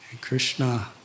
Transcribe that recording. Krishna